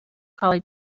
collie